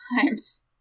times